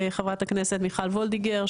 חברת הכנסת מיכל וולדיגר,